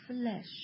flesh